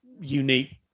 unique